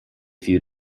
few